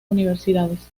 universidades